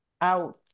out